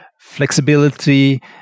flexibility